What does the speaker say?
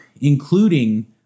including